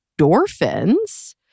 endorphins